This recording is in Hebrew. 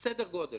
זה סדר הגודל,